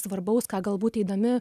svarbaus ką galbūt eidami